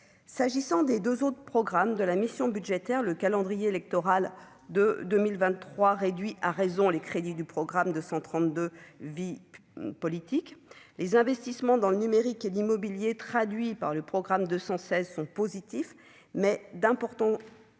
s'agissant des 2 autres programmes de la mission budgétaire le calendrier électoral de 2023 réduit à raison les crédits du programme de 132 vie politique les investissements dans le numérique et l'immobilier, traduit par le programme de 116 sont positifs mais d'importants